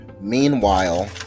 meanwhile